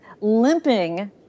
limping